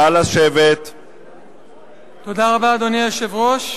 אדוני היושב-ראש,